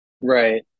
Right